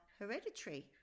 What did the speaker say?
hereditary